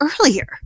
earlier